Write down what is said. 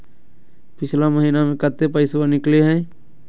पिछला महिना मे कते पैसबा निकले हैं?